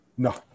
No